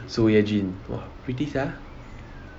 seo ye-ji !wah! pretty sia